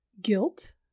guilt